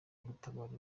gutabara